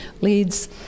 leads